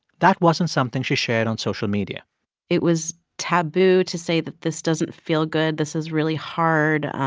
that wasn't something she shared on social media it was taboo to say that this doesn't feel good, this is really hard